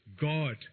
God